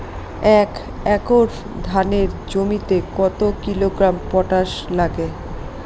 এক একর ধানের জমিতে কত কিলোগ্রাম পটাশ লাগে?